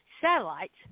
satellites